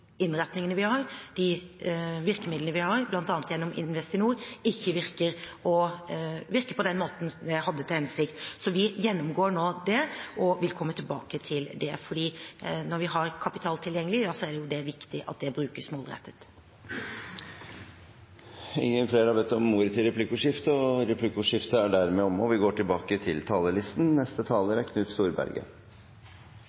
innretningene vi har, de virkemidlene vi har, bl.a. gjennom Investinor, ikke virker på den måten det hadde til hensikt. Vi gjennomgår nå det og vil komme tilbake til det, for når vi har kapital tilgjengelig, så er det jo viktig at det brukes målrettet. Replikkordskiftet er dermed omme. De talere som heretter får ordet, har en taletid på inntil 3 minutter. Jeg skal – jeg holdt på å si – fortsette der replikken slapp. Jeg er